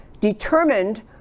determined